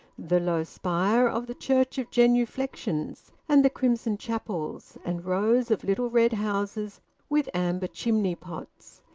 the low spire of the church of genuflexions, and the crimson chapels, and rows of little red houses with amber chimney-pots,